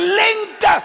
linked